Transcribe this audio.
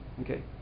okay